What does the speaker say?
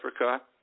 Africa